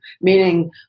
meaning